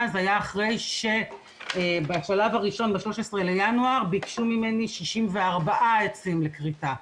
זה היה אחרי שבשלב הראשון ב-13 לינואר ביקשו ממני 64 עצים לכריתה.